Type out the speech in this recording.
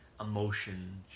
emotion